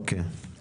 אוקיי, טוב.